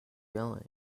yelling